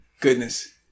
goodness